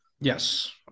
Yes